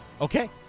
Okay